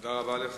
תודה לך.